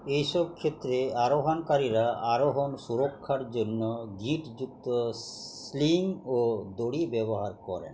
এই সব ক্ষেত্রে আরোহণকারীরা আরোহণ সুরক্ষার জন্য গিঁটযুক্ত স্লিং ও দড়ি ব্যবহার করেন